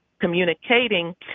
communicating